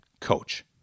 coach